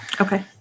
okay